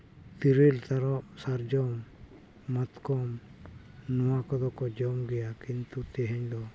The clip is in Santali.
ᱛᱤᱨᱤᱞ ᱛᱟᱨᱚᱵ ᱥᱟᱨᱡᱚᱢ ᱢᱟᱛᱠᱚᱢ ᱱᱚᱣᱟ ᱠᱚᱫᱚ ᱠᱚ ᱡᱚᱢ ᱜᱮᱭᱟ ᱠᱤᱱᱛᱩ ᱛᱮᱦᱮᱧ ᱫᱚ